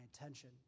attention